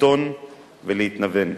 לקטון ולהתנוון.